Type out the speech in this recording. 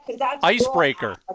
icebreaker